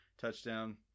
Touchdown